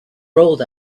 rolled